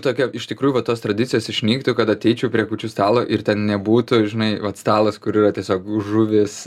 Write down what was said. tokia iš tikrųjų va tos tradicijos išnyktų kad ateičiau prie kūčių stalo ir ten nebūtų žinai vat stalas kur yra tiesiog žuvis